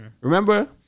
Remember